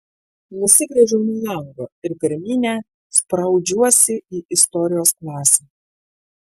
nusigręžiu nuo lango ir per minią spraudžiuosi į istorijos klasę